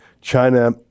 China